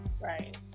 right